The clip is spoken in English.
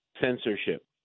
censorship